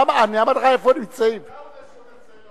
מה זה 17 במאי?